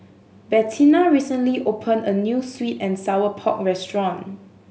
Bettina recently opened a new sweet and sour pork restaurant